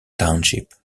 township